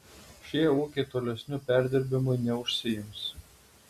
šie ūkiai tolesniu perdirbimui neužsiims